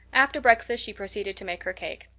after breakfast she proceeded to make her cake.